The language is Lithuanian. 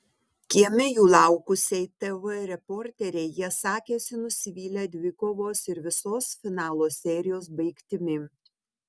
kieme jų laukusiai tv reporterei jie sakėsi nusivylę dvikovos ir visos finalo serijos baigtimi